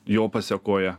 jo pasekoje